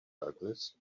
douglas